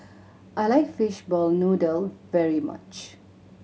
I like fishball noodle very much